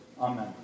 Amen